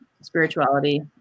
spirituality